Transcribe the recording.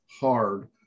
hard